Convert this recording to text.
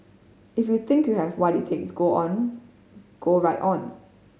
if you think you have what it takes go on go right on